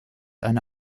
eine